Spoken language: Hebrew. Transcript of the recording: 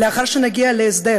לאחר שנגיע להסדר